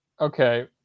Okay